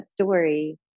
story